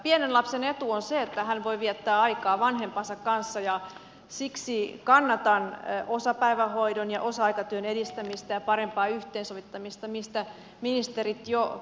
pienen lapsen etu on se että hän voi viettää aikaa vanhempansa kanssa ja siksi kannatan osapäivähoidon ja osa aikatyön edistämistä ja parempaa yhteensovittamista mistä ministerit jo puhuivatkin